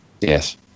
Yes